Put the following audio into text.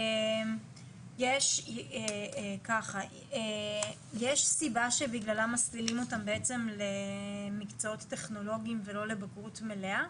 יש סיבה שבגללה מסלילים אותם בעצם למקצועות טכנולוגיים ולא לבגרות מלאה?